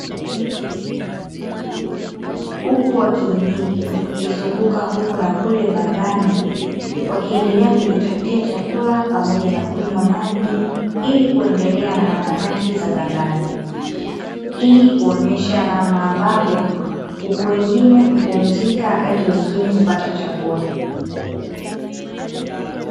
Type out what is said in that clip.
Kuku wa kienyeji wakizunguka huku na kule bandani, wakiendelea kujitafutia chakula pamoja na kunywa maji, ili kuendelea na harakati za bandani. Hii kuonyesha namna ambavyo, kuku wengine hupumzika wakati wengine hupata chakula.